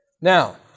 Now